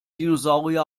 dinosaurier